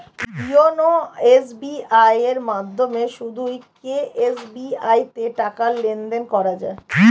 YONO SBI এর মাধ্যমে শুধুই কি এস.বি.আই তে টাকা লেনদেন করা যায়?